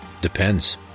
Depends